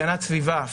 הגנת סביבה,